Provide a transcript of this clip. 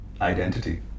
identity